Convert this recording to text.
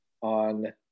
on